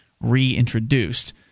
reintroduced